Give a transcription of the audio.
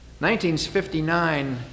1959